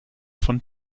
von